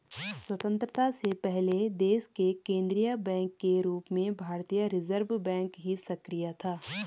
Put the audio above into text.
स्वतन्त्रता से पहले देश के केन्द्रीय बैंक के रूप में भारतीय रिज़र्व बैंक ही सक्रिय था